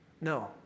no